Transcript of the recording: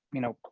you know,